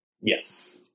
Yes